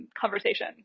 conversation